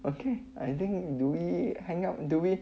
okay I think do we hang out the way